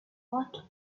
what